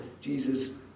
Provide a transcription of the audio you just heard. Jesus